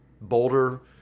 Boulder